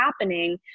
happening